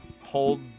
hold